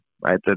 right